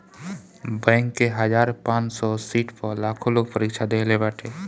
bank के हजार पांच सौ सीट पअ लाखो लोग परीक्षा देहले बाटे